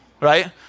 right